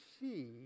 see